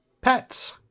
pets